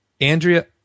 Andrea